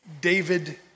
David